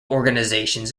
organizations